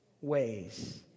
ways